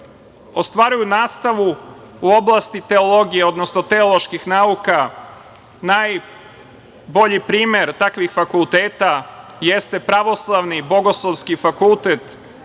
ostvaruju nastavu u oblasti teologije, odnosno teoloških nauka. Najbolji primer takvih fakulteta jeste Pravoslavni Bogoslovski fakultet